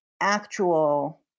actual